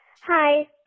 Hi